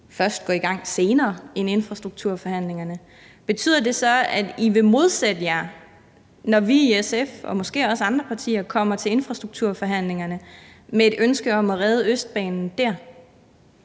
først går i gang senere end infrastrukturforhandlingerne, betyder det så, at I vil modsætte jer, når vi i SF og måske også andre partier kommer til infrastrukturforhandlingerne med et ønske om at redde Østbanen?